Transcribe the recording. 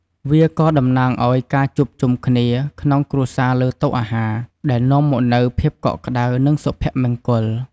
វាក៏តំណាងឱ្យ ការជួបជុំគ្នា ក្នុងគ្រួសារលើតុអាហារ ដែលនាំមកនូវភាពកក់ក្តៅ និងសុភមង្គល។